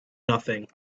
nothing